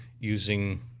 using